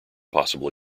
possible